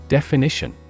Definition